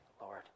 Lord